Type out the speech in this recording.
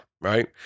right